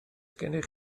gennych